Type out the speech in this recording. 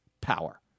power